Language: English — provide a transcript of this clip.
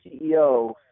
CEO